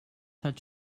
hat